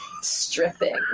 Stripping